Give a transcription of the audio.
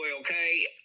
okay